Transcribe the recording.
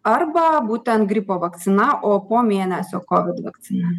arba būtent gripo vakcina o po mėnesio covid vakcina